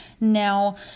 Now